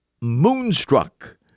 Moonstruck